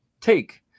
take